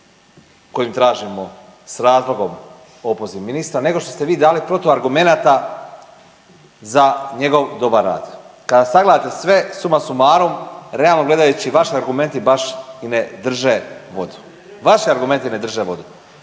kojim tražimo s razlogom opoziv ministra nego što ste vi dali protuargumenata za njegov dobar rad. Kad sagledate sve suma sumarum realno gledajući vaši argumenti baš i ne drže vodu, vaši argumenti ne drže vodu.